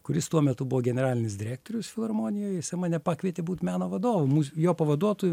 kuris tuo metu buvo generalinis direktorius filharmonijoj jisai mane pakvietė būt meno vadovu jo pavaduotoju